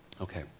Okay